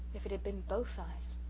if it had been both eyes!